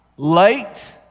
Light